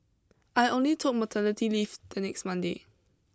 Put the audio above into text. I only took my maternity leave the next Monday